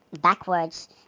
backwards